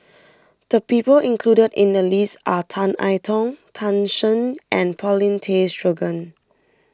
the people included in the list are Tan I Tong Tan Shen and Paulin Tay Straughan